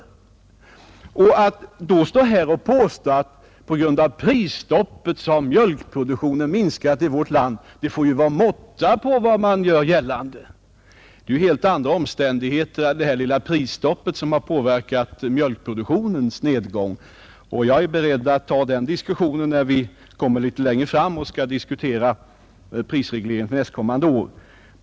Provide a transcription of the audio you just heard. Därför bör man inte stå här och påstå att mjölkproduktionen har minskat i vårt land på grund av prisstoppet. Det får ju vara måtta på vad man gör gällande. Det är helt andra omständigheter än det lilla prisstoppet som har påverkat mjölkproduktionen, och jag är beredd att ta en diskussion härom litet längre fram, när vi skall tala om prisregleringen för nästkommande år.